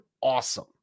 awesome